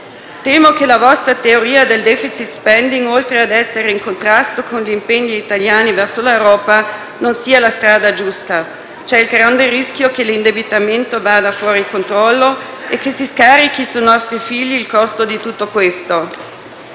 Temo che la vostra teoria del *deficit spending*, oltre a essere in contrasto con gli impegni italiani verso l'Europa, non sia la strada giusta. C'è il grande rischio che l'indebitamento vada fuori controllo e che si scarichi sui nostri figli il costo di tutto questo.